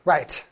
Right